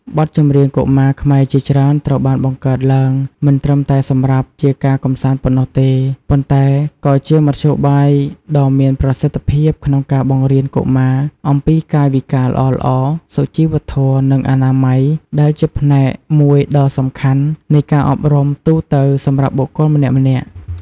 បទចម្រៀងកុមារខ្មែរជាច្រើនត្រូវបានបង្កើតឡើងមិនត្រឹមតែសម្រាប់ជាការកម្សាន្តប៉ុណ្ណោះទេ ប៉ុន្តែក៏ជាមធ្យោបាយដ៏មានប្រសិទ្ធភាពក្នុងការបង្រៀនកុមារអំពីកាយវិការល្អៗ សុជីវធម៌ និងអនាម័យ ដែលជាផ្នែកមួយដ៏សំខាន់នៃការអប់រំទូទៅសម្រាប់បុគ្គលម្នាក់ៗ។